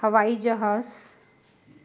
हवाई जहाज